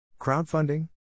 Crowdfunding